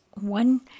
One